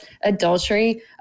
adultery